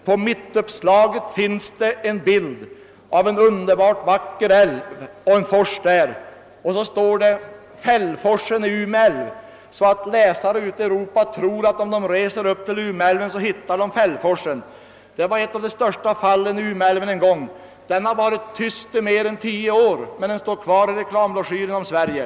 På mittuppslaget finns en bild av en underbart vacker älv med en fors och därunder står det: »Fällforsen, Ume älv», vilket kan föranleda läsare ute i Europa att tro, att om de reser upp till Umeälven så hittar de Fällforsen. Fällforsen var ett av de största fallen i Umeälven en gång, men nu har den varit tyst i mer än tio år. Ändå står den kvar i reklambroschyrerna om Sverige!